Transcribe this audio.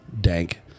dank